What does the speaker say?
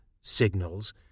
signals